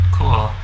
Cool